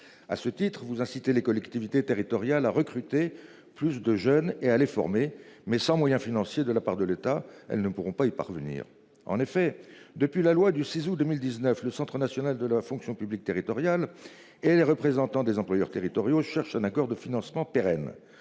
À ce titre vous inciter les collectivités territoriales à recruter plus de jeunes et à les former mais sans moyens financiers de la part de l'État, elles ne pourront pas y parvenir. En effet, depuis la loi du 6 août 2019, le Centre national de la fonction publique territoriale. Et les représentants des employeurs territoriaux cherche un accord de financement pérenne.